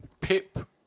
Pip